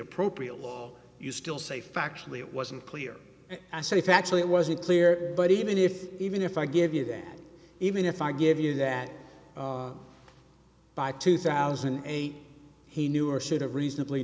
appropriate you still safe actually it wasn't clear i said if actually it wasn't clear but even if even if i give you that even if i give you that by two thousand and eight he knew or should have reasonably